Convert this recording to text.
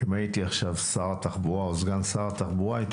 לו הייתי עכשיו שר התחבורה או סגן שר התחבורה הייתי